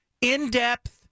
in-depth